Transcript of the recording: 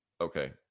Okay